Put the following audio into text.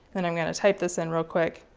then, i'm going to type this in real quick.